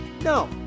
No